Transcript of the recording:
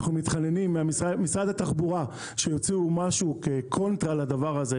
אנחנו מתחננים למשרד התחבורה שיוציאו משהו כקונטרה לדבר הזה,